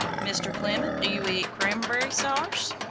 mr. clement, do you eat cramb'ry sarse?